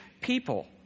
people